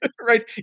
Right